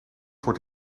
voor